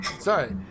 sorry